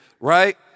right